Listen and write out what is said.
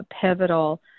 pivotal